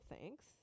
thanks